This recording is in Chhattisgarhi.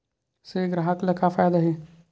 से ग्राहक ला का फ़ायदा हे?